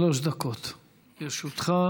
שלוש דקות לרשותך.